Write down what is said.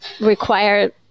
require